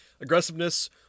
aggressiveness